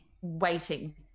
waiting